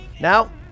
now